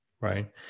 Right